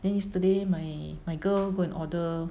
then yesterday my my girl go and order